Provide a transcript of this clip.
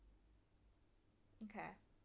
okay